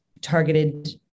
targeted